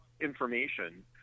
information